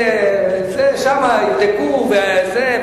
שם יבדקו וזה,